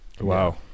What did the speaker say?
Wow